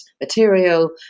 material